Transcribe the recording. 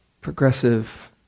progressive